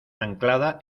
anclada